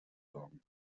sorgen